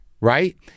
right